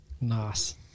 Nice